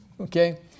okay